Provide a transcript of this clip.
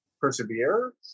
persevere